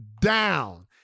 down